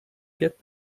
get